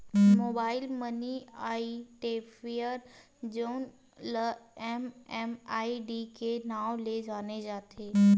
mobile money identifier जउन ल MMID के नांव ले जाने जाथे